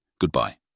Goodbye